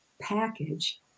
package